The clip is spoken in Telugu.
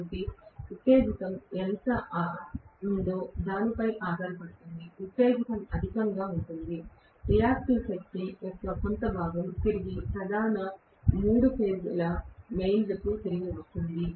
కాబట్టి ఉత్తేజితం ఎంత ఉందో దానిపై ఆధారపడి ఉంటుంది ఉత్తేజితం అధికంగా ఉంటుంది రియాక్టివ్ శక్తి యొక్క కొంత భాగం తిరిగి ప్రధాన మూడు ఫేజ్ ల మెయిన్లకు తిరిగి వస్తుంది